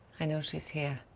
i know she's here.